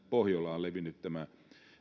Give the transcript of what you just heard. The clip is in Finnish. pohjolaan levinnyt tämä